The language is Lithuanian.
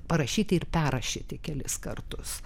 parašyti ir perrašyti kelis kartus